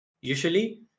usually